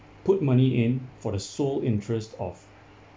put money in for the sole interest of